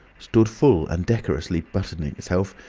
stood full and decorous like buttoning itself,